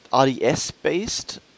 RDS-based